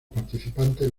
participantes